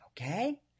Okay